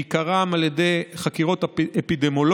בעיקר על ידי חקירות אפידמיולוגיות,